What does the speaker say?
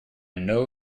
know